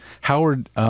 Howard